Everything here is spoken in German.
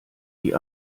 die